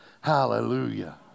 Hallelujah